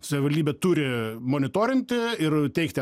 savivaldybė turi monitorinti ir teikti